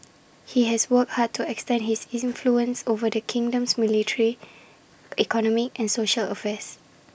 he has worked hard to extend his influence over the kingdom's military economic and social affairs